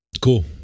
Cool